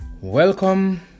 welcome